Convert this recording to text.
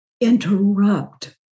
interrupt